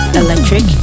electric